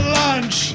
lunch